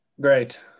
Great